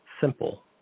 simple